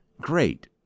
Great